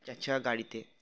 তাছাড়া গাড়িতে